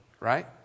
Right